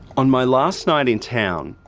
on my last night in town,